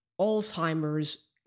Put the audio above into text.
Alzheimer's